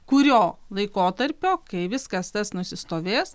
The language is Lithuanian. kurio laikotarpio kai viskas tas nusistovės